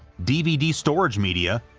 dvd storage media,